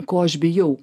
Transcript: ko aš bijau